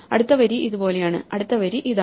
അടുത്ത വരി ഇതുപോലെയാണ് അടുത്ത വരി ഇതാണ്